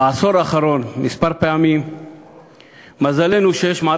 ובעשור האחרון, כמה פעמים.